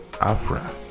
Afra